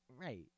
Right